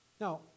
Now